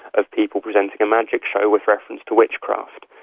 of people presenting a magic show with reference to witchcraft.